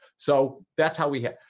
so that's how we here.